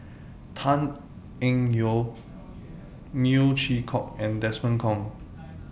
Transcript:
Tan Eng Yoon Neo Chwee Kok and Desmond Kon